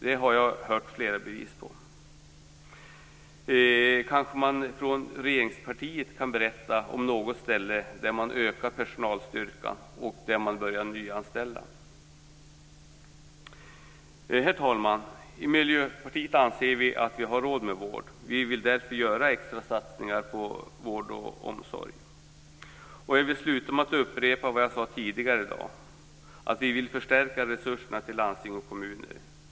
Det har jag fått flera bevis för. Kanske kan man från regeringspartiet berätta om något ställe där man ökar personalstyrkan och börjar nyanställa. Herr talman! Vi i Miljöpartiet anser att man har råd med vård. Vi vill därför göra extra satsningar på vård och omsorg. Jag vill avsluta med att upprepa vad jag sagt tidigare i dag: Vi vill förstärka resurserna för landsting och kommuner.